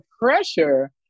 pressure